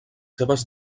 seves